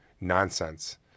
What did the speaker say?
nonsense